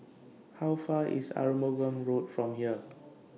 How Far away IS Arumugam Road from here